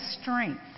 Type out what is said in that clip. strength